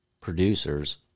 producers